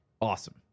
awesome